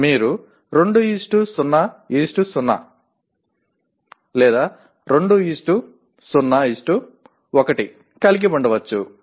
మీరు 200 201 కలిగి ఉండవచ్చు